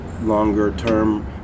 longer-term